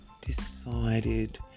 decided